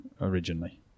originally